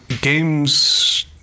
games